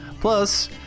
Plus